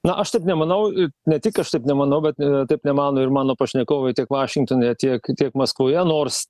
na aš taip nemanau ne tik aš taip nemanau bet taip nemano ir mano pašnekovai tiek vašingtone tiek kiek maskvoje nors